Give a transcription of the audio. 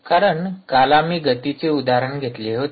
कारण काल आम्ही गतीचे उदाहरण घेतले होते